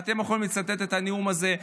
אתם יכולים לצטט את הנאום הזה,